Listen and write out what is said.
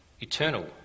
eternal